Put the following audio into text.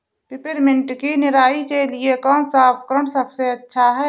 Peppermint की निराई के लिए कौन सा उपकरण सबसे अच्छा है?